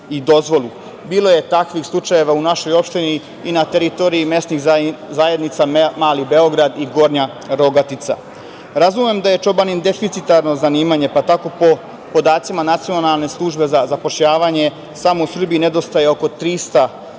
i dozvolu. Bilo je takvih slučajeva u našoj opštini i na teritoriji mesnih zajednica Mali Beograd i Gornja Rogatica. Razumem da je čobanin deficitarno zanimanje, pa tako po podacima Nacionalne službe za zapošljavanje samo u Srbiji nedostaje oko 300